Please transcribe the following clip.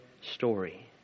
story